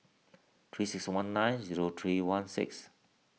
three six one nine zero three one six